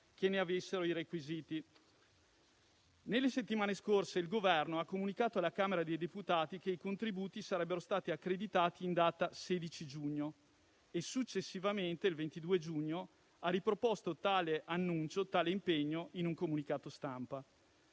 che ne avessero i requisiti. Nelle settimane scorse il Governo ha comunicato alla Camera dei deputati che i contributi sarebbero stati accreditati in data 16 giugno e, successivamente, il 22 giugno, ha riproposto tale annuncio e tale impegno in un comunicato stampa.